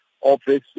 office